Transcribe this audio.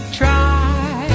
try